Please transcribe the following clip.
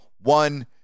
one